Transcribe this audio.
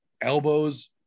Elbows